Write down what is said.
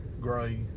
gray